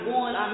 one